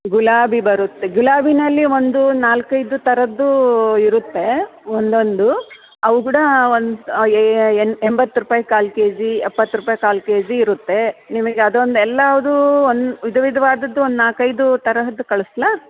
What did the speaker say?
ಗುಲಾಬಿ ಬರುತ್ತೆ ಗುಲಾಬಿಯಲ್ಲಿ ಒಂದು ನಾಲ್ಕು ಐದು ಥರದ್ದು ಇರುತ್ತೆ ಒಂದೊಂದು ಅವು ಕೂಡ ಒಂದು ಎಂಬತ್ತು ರೂಪಾಯಿ ಕಾಲು ಕೆಜಿ ಎಪ್ಪತ್ತು ರೂಪಾಯಿ ಕಾಲು ಕೆಜಿ ಇರುತ್ತೆ ನಿಮಗೆ ಅದೊಂದು ಎಲ್ಲ ಒಂದು ವಿಧ ವಿಧವಾದದ್ದು ಒಂದು ನಾಲ್ಕು ಐದು ತರಹದ್ದು ಕಳಿಸ್ಲಾ